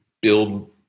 build